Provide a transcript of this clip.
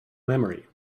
memory